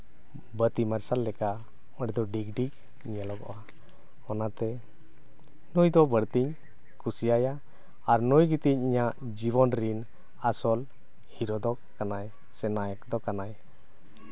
ᱵᱟᱹᱛᱤ ᱢᱟᱨᱥᱟᱞ ᱞᱮᱠᱟ ᱦᱚᱲᱫᱚ ᱰᱤᱜᱽ ᱰᱤᱜᱽ ᱧᱮᱞᱚᱜᱚᱜᱼᱟ ᱚᱱᱟᱛᱮ ᱱᱩᱭᱫᱚ ᱵᱟᱹᱲᱛᱤ ᱠᱩᱥᱤᱭᱟᱭᱟ ᱟᱨ ᱱᱩᱭ ᱡᱩᱫᱤ ᱤᱧᱟᱹᱜ ᱡᱤᱵᱚᱱ ᱨᱮᱱ ᱟᱥᱚᱞ ᱦᱤᱨᱳ ᱫᱚ ᱠᱟᱱᱟᱭ ᱥᱮ ᱱᱟᱭᱚᱠ ᱫᱚ ᱠᱟᱱᱟᱭ